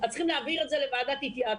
אז צריכים להעביר את זה לוועדת התייעצות.